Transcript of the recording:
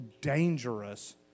dangerous